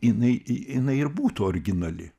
jinai jinai ir būtų originali